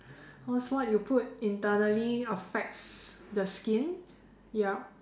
cause what you put internally affects the skin yup